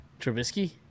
Trubisky